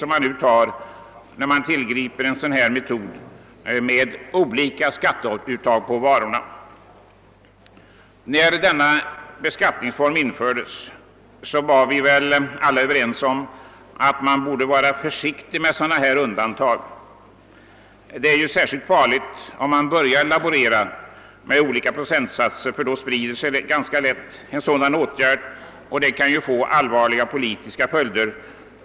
Den metod som man nu tillgriper, innebärande olika skatteuttag på olika varor, är emellertid ett allvarligt steg. När mervärdeskatten infördes var vi väl alla överens om att man borde vara försiktig med sådana undantag. Det är särskilt farligt att börja laborera med olika procentsatser eftersom ett sådant förfarande ganska lätt kan breda ut sig, vilket kan få allvarliga politiska följder.